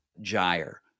gyre